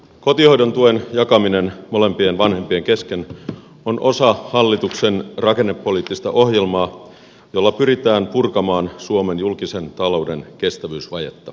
kotihoidon tuen jakaminen molempien vanhempien kesken on osa hallituksen rakennepoliittista ohjelmaa jolla pyritään purkamaan suomen julkisen talouden kestävyysvajetta